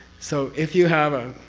so if you have a.